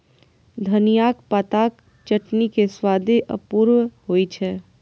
धनियाक पातक चटनी के स्वादे अपूर्व होइ छै